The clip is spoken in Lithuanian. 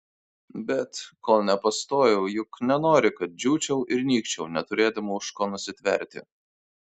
bet kol nepastojau juk nenori kad džiūčiau ir nykčiau neturėdama už ko nusitverti